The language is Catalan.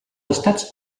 estats